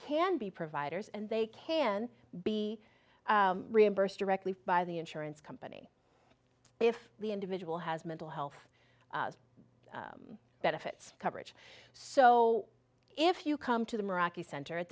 can be providers and they can be reimbursed directly by the insurance company if the individual has mental health benefits coverage so if you come to the maracas center at